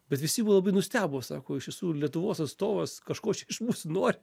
bet visi buvo labai nustebo sako iš tiesų lietuvos atstovas kažko čia iš mūsų nori